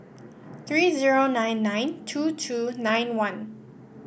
three zero nine nine two two nine one